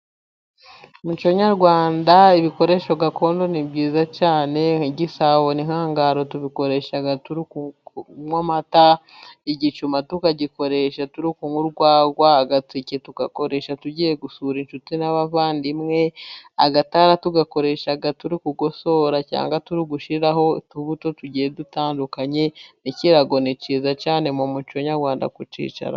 Mu muco nyarwanda ibikoresho gakondo ni byiza cyane. Nk'igisabo n'ihangaro tubikoresha turi kunywa amata, igicuma tukagikoresha tunywa urwagwa, agaseke tugakoresha tugiye gusura inshuti n'abavandimwe, agatara tugakoresha turi gukosora cyangwa turi gushyiraho utubuto tugiye dutandukanye, n'ikirago ni kiza cyane mu muco nyarwanda kucyicaraho.